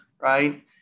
right